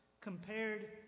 compared